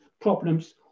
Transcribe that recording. problems